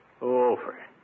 Over